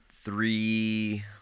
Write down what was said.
three